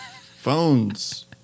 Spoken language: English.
phones